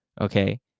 okay